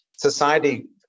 Society